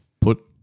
Put